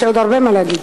יש לי עוד הרבה מה להגיד.